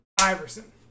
Iverson